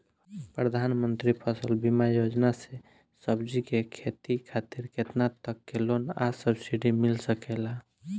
प्रधानमंत्री फसल बीमा योजना से सब्जी के खेती खातिर केतना तक के लोन आ सब्सिडी मिल सकेला?